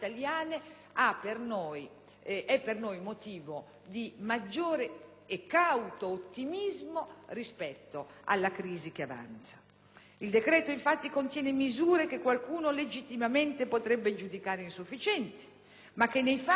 è per noi motivo di maggiore e cauto ottimismo rispetto alla crisi che avanza. Il decreto, infatti, contiene misure che qualcuno legittimamente potrebbe giudicare insufficienti, ma che in realtà, non appaiono affatto